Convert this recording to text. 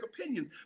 opinions